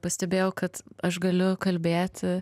pastebėjau kad aš galiu kalbėti